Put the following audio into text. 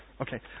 Okay